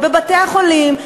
בבתי-החולים,